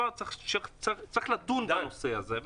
וצריך לדון בנושא הזה.